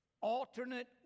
alternate